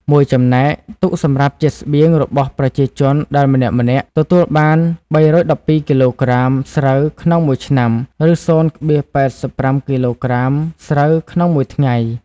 មួយចំណែក ទុកសម្រាប់ជាស្បៀងរបស់ប្រជាជនដែលម្នាក់ៗទទួល បាន៣១២គីឡូក្រាមស្រូវក្នុងមួយឆ្នាំ ឬ០,៨៥ គីឡូក្រាមស្រូវក្នុង មួយថ្ងៃ។